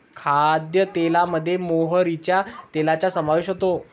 खाद्यतेलामध्ये मोहरीच्या तेलाचा समावेश होतो